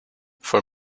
for